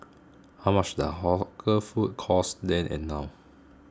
how much does hawker food cost then and now